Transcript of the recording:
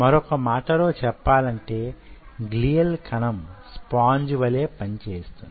మరొక మాటలో చెప్పాలంటే గ్లియల్ కణం స్పాంజ్ వలె పని చేస్తుంది